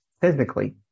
physically